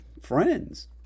Friends